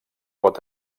pot